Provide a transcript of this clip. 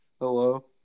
Hello